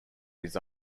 his